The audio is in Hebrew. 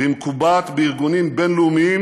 והיא מקובעת בארגונים בין-לאומיים